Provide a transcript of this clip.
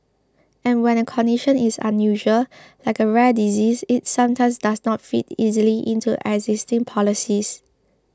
and when a condition is unusual like a rare disease it sometimes does not fit easily into existing policies